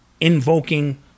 invoking